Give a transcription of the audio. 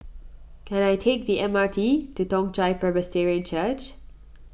can I take the M R T to Toong Chai Presbyterian Church